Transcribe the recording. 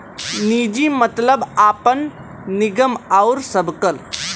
निजी मतलब आपन, निगम आउर सबकर